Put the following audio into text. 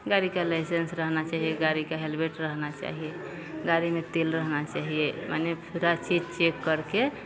गाड़ी का लाइसेंस रहना चाहिए गाड़ी का हेलमेट रहना चाहिए गाड़ी में तेल रहना चाहिए माने पूरा चेक चेक करके